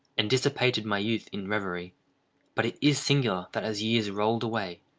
and dissipated my youth in reverie but it is singular that as years rolled away,